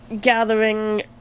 gathering